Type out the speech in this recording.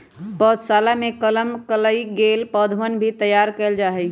पौधशलवा में कलम कइल गैल पौधवन भी तैयार कइल जाहई